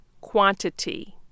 quantity